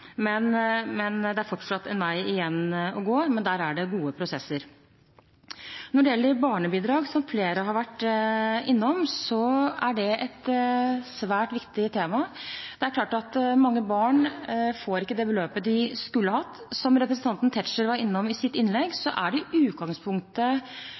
Det er fortsatt en vei igjen å gå, men der er det gode prosesser. Når det gjelder barnebidrag, som flere har vært innom, er det et svært viktig tema. Det er klart at mange barn ikke får det beløpet de skulle hatt. Som representanten Tetzschner var innom i sitt innlegg,